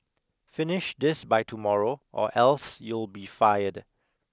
finish this by tomorrow or else you'll be fired